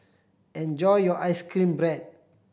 enjoy your ice cream bread